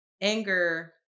anger